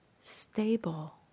stable